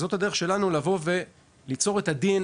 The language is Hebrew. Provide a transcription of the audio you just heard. זאת הדרך שלנו לבוא וליצור במשרדים את ה-DNA